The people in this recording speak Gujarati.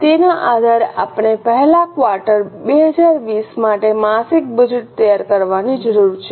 તેના આધારે આપણે પહેલા ક્વાર્ટર 2020 માટે માસિક બજેટ તૈયાર કરવાની જરૂર છે